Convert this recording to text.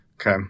Okay